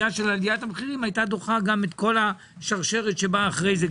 ודחייה של עליית המחירים הייתה דוחה גם את כל השרשרת שבאה אחרי זה,